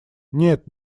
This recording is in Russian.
нет